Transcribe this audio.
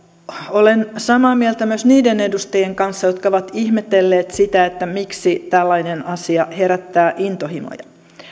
olen samaa mieltä myös niiden edustajien kanssa jotka ovat ihmetelleet sitä miksi tällainen asia herättää intohimoja